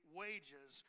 wages